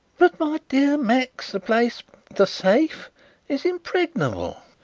but, my dear max, the place the safe' is impregnable!